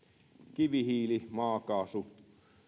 kivihiili maakaasu